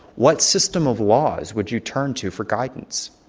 what system of laws would you turn to for guidance?